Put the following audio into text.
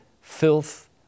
filth